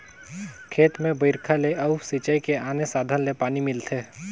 खेत में बइरखा ले अउ सिंचई के आने साधन ले पानी मिलथे